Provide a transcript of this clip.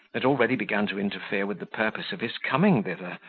that already began to interfere with the purpose of his coming thither,